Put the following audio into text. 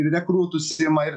ir rekrūtus ima ir